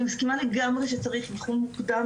אני מסכימה לגמרי שצריך אבחון מוקדם,